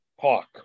park